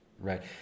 right